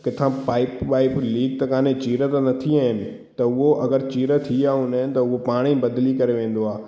किथां पाइप वाइप लीक त कान्हे चीर त नथी आहिनि त उहो अगरि चीर थी आहे उन त उहा पाण ई बदिली करे वेंदो आहे